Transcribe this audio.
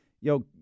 Yo